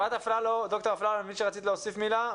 ד"ר אפרת אפללו, אני מבין שרצית להוסיף מילה.